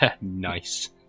Nice